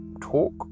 talk